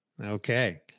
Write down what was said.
Okay